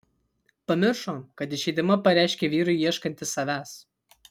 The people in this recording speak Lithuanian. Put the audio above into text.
pamiršo kad išeidama pareiškė vyrui ieškanti savęs